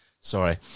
Sorry